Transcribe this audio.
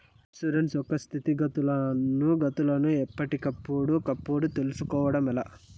నా ఇన్సూరెన్సు యొక్క స్థితిగతులను గతులను ఎప్పటికప్పుడు కప్పుడు తెలుస్కోవడం ఎలా?